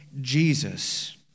Jesus